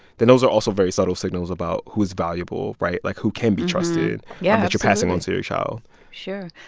then those are also very subtle signals about who is valuable right? like, who can be trusted yeah that you're passing on to your child sure.